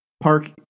Park